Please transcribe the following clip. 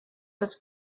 das